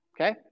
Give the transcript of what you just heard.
Okay